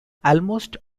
almost